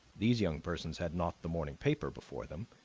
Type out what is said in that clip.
these young persons had not the morning paper before them,